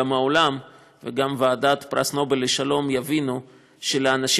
גם העולם וגם ועדת פרס נובל לשלום יבינו שלאנשים